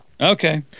Okay